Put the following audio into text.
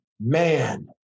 Man